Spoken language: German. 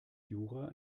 jura